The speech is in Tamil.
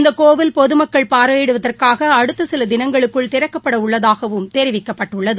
இந்தகோவில் பொதுமக்கள் பார்வையிடுவதற்காகஅடுத்தசிலதினங்களுக்குள் திறக்கப்படஉள்ளதாகவும் தெரிவிக்கப்பட்டுள்ளது